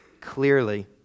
clearly